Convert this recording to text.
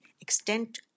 extent